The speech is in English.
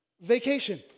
vacation